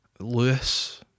Lewis